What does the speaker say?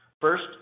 First